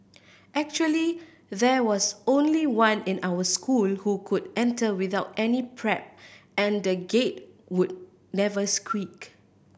actually there was only one in our school who could enter without any prep and the Gate would never squeak